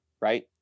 right